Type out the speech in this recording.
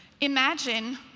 Imagine